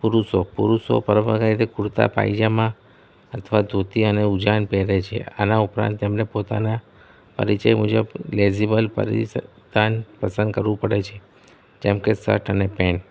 પુરુષો પુરુષો પણ વધારે રીતે કુર્તા પાયજામા અથવા ધોતિયા અને ઉજાન પહેરે છે આના ઉપરાંત તેમને પોતાના પરિચય મુજબ ગલેઝીબલ પરિધાન પસંદ કરવું પડે છે જેમકે સટ અને પેન્ટ